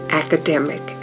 academic